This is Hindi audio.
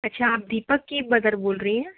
अच्छा आप दीपक की मदर बोल रहीं हैं